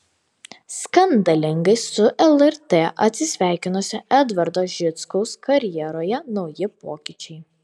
skandalingai su lrt atsisveikinusio edvardo žičkaus karjeroje nauji pokyčiai